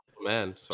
Man